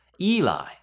Eli